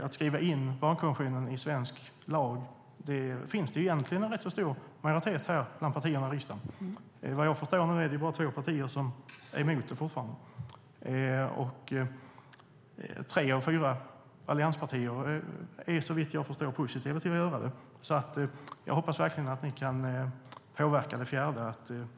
Att införliva barnkonventionen i svensk lag finns det en stor majoritet för bland partierna i riksdagen. Vad jag förstår är det bara två partier som fortfarande är emot. Tre av fyra allianspartier är, såvitt jag förstår, positiva. Jag hoppas verkligen att ni kan påverka det fjärde partiet att svänga.